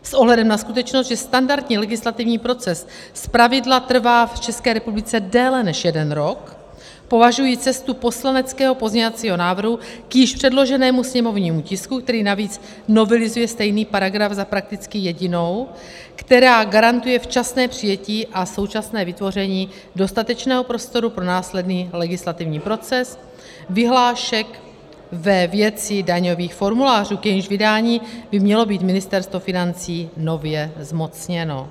S ohledem na skutečnost, že standardní legislativní proces zpravidla trvá v České republice déle než jeden rok, považuji cestu poslaneckého pozměňovacího návrhu k již předloženému sněmovnímu tisku, který navíc novelizuje stejný paragraf, za prakticky jedinou, která garantuje včasné přijetí a současné vytvoření dostatečného prostoru pro následný legislativní proces vyhlášek ve věci daňových formulářů, k jejichž vydání by mělo být Ministerstvo financí nově zmocněno.